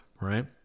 right